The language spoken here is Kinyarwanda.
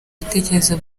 bitekerezo